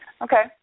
Okay